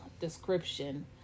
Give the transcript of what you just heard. description